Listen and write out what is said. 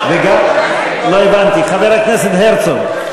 לא הבנתי, חבר הכנסת הרצוג.